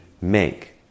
make